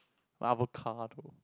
avocado